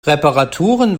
reparaturen